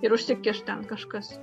ir užsikiš ten kažkas